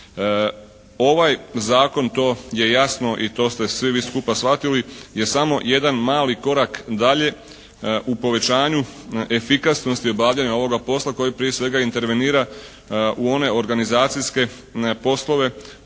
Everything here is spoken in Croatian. Ovaj zakon to je jasno i to ste svi vi skupa shvatili, je samo jedan mali korak dalje u povećanju efikasnosti obavljanja ovoga posla koji prije svega intervenira u one organizacijske poslove